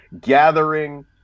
gathering